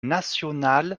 national